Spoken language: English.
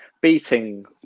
beating